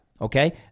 Okay